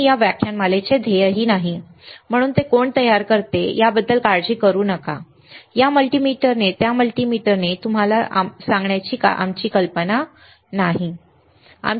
हे या व्याख्यानमालेचे ध्येय नाही म्हणून ते कोण तयार करते याबद्दल काळजी करू नका या मल्टीमीटरने त्या मल्टीमीटरने तुम्हाला सांगण्याची आमची कल्पना नाही